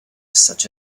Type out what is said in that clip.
such